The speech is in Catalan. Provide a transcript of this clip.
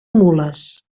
mules